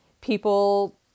People